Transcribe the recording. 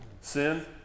sin